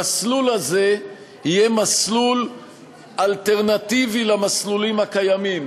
המסלול הזה יהיה מסלול אלטרנטיבי למסלולים הקיימים.